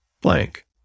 blank